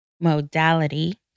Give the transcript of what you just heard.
modality